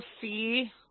see